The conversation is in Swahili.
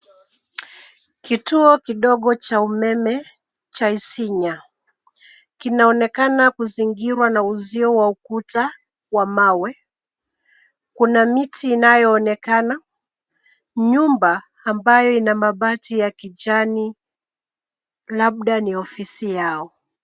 Kituo kidogo cha umeme cha isinya kinaonekana kuzingirwa na uzio wa ukuta wa mawe. Kuna miti inayoonekana nyumba iliyo na mabati ya kijani labda ni ofisi yao.